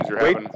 Wait